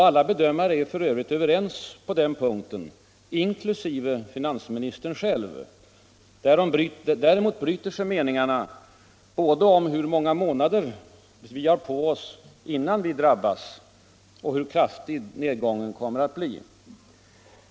Alla bedömare är för övrigt överens om det, inkl. finansminister Gunnar Sträng. Däremot bryter sig meningarna både om hur många månader vi har på oss innan vi drabbas och om hur kraftig nedgången kommer att bli.